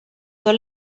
tot